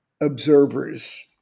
observers